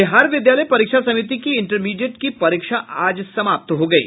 बिहार विद्यालय परीक्षा समिति की इंटरमीडिएट की परीक्षा आज समाप्त हो गयी